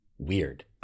Weird